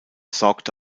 sorgte